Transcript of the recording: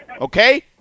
Okay